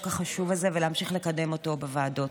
החשוב הזה ולהמשיך לקדם אותו בוועדות.